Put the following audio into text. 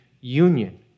union